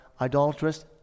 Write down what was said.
idolatrous